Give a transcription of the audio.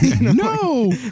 No